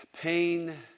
pain